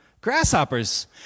Grasshoppers